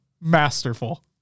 masterful